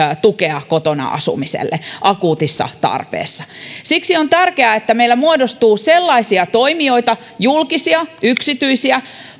tukea kotona asumiselle akuutissa tarpeessa siksi on tärkeää että meillä muodostuu sellaisia toimijoita julkisia yksityisiä